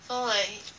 so like